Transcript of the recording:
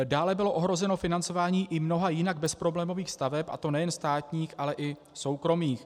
Dále bylo ohroženo financování i mnoha jinak bezproblémových staveb, a to nejen státních, ale i soukromých.